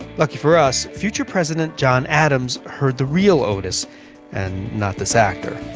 lucky for us, future president john adams heard the real otis and not this actor.